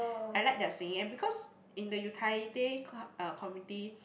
I like their singing eh because in the utaite uh committee